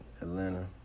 Atlanta